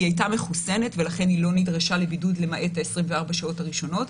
היא הייתה מחוסנת ולכן היא לא נדרשה לבידוד למעט ב-24 השעות הראשונות.